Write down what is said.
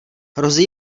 hrozí